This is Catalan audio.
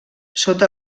sota